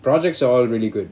projects are all really good